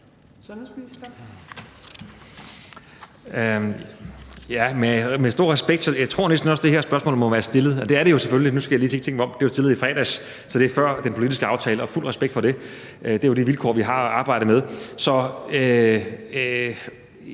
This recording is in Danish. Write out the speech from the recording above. Med stor respekt vil jeg sige, at jeg næsten tror, at det her spørgsmål må være stillet før den politiske aftale. Ja, det er det selvfølgelig – nu skal jeg lige tænke mig om – det er jo stillet i fredags, så det er før den politiske aftale. Og fuld respekt for det; det er jo de vilkår, vi har at arbejde under.